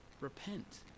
repent